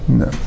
no